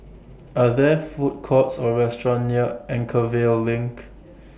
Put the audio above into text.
Are There Food Courts Or restaurants near Anchorvale LINK